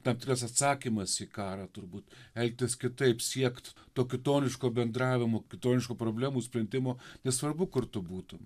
tam tikras atsakymas į karą turbūt elgtis kitaip siekt to kitoniško bendravimo kitoniško problemų sprendimo nesvarbu kur tu būtum